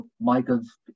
Michael's